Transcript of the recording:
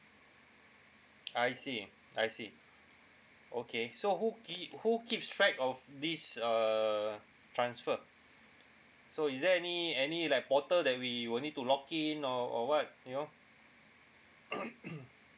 I see I see okay so who kee~ who keeps track of this err transfer so is there any any like portal that we will need to login or or what you know